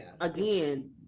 again